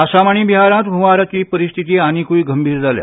आसाम आनी बिहारांत हंवाराची परिस्थिती आनिकूय गंभीर जाल्या